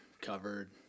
covered